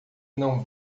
não